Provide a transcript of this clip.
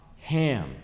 Ham